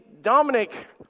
Dominic